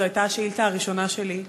זאת הייתה השאילתה הראשונה שלי.